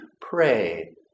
pray